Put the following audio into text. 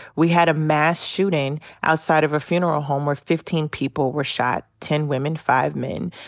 we had a mass shooting outside of a funeral home where fifteen people were shot. ten women. five men.